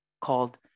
called